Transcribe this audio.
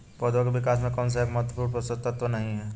पौधों के विकास में कौन सा एक महत्वपूर्ण पोषक तत्व नहीं है?